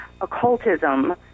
occultism